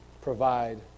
provide